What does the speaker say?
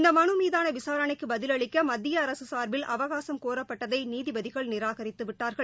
இந்த மனு மீதான விசாரணைக்கு பதிலளிக்க மத்திய அரசு சார்பில் அவகாசம் கோரப்பட்டதை நீதிபதிகள் நிராகரித்து விட்டார்கள்